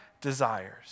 desires